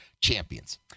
champions